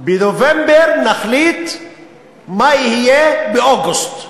בנובמבר נחליט מה יהיה באוגוסט,